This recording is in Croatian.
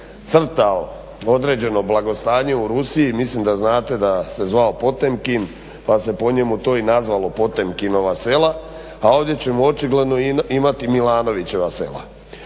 crtao određeno blagostanje u Rusiji, mislim da znate da se zvao Potemkin pa se po njemu to i nazvalo Potemkinova sela, a ovdje ćemo očigledno imati Milanovićeva sela.